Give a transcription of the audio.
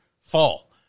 fall